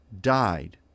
died